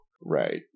Right